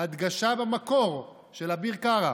ההדגשה במקור, של אביר קארה,